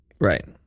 Right